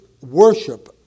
worship